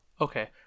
Okay